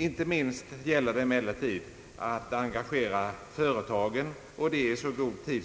Inte minst gäller det att engagera företagen i så god tid